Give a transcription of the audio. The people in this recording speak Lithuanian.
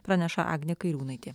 praneša agnė kairiūnaitė